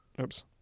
oops